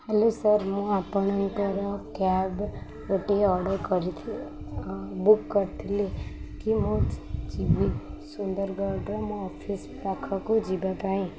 hello sir ମୁଁ ଆପଣଙ୍କର cab ଗୋଟିଏ ଅର୍ଡ଼ର କରିଥିଲି ବୁକ୍ କରିଥିଲି କି ମୁଁ ଯିବି ସୁନ୍ଦରଗଡ଼ର ମୋ ଅଫିସ ପାଖକୁ ଯିବା ପାଇଁ